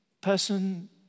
person